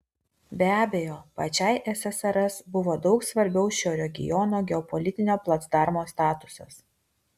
be abejo pačiai ssrs buvo daug svarbiau šio regiono geopolitinio placdarmo statusas